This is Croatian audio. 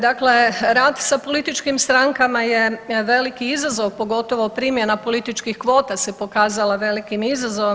Dakle, rad sa političkim strankama je veliki izazov pogotovo primjena političkih kvota se pokazala velikim izazovom.